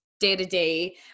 day-to-day